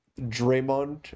Draymond